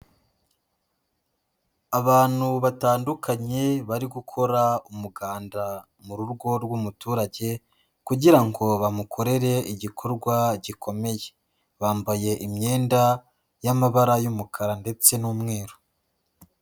Abantu batandukanye bari gukora umuganda mu rugo rw'umuturage kugira ngo bamukorere igikorwa gikomeye, bambaye imyenda y'amabara y'umukara ndetse n'umweru.